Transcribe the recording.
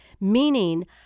Meaning